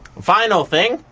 final thing,